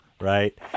right